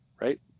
right